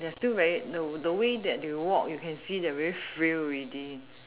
they still very the the way that you walk you can see they very frail already